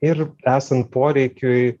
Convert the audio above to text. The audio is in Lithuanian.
ir esant poreikiui